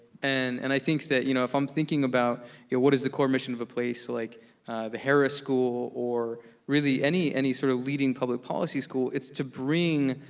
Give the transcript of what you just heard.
and and i think that you know if i'm thinking about yeah what is the core mission of a place like the harris school or really any any sort of leading public policy school, it's to bring